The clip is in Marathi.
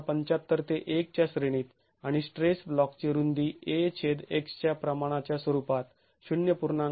७५ ते १ च्या श्रेणीत आणि स्ट्रेस ब्लॉकची रुंदी a छेद x च्या प्रमाणाच्या स्वरूपात ०